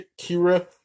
Kira